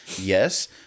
yes